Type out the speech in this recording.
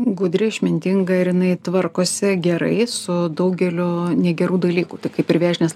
gudri išmintinga ir jinai tvarkosi gerai su daugeliu negerų dalykų tai kaip ir vėžinės